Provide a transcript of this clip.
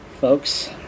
folks